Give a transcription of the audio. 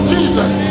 Jesus